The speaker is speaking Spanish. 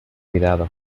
cuidado